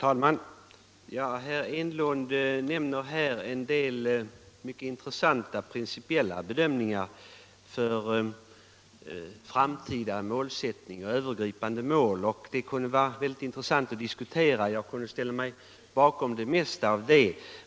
Herr talman! Herr Enlund redovisar här en del mycket intressanta principiella bedömningar rörande jordbrukspolitikens framtida målsättning och övergripande mål. Det kunde vara intressant att diskutera detta — jag skulle kunna ställa mig bakom det mesta.